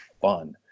fun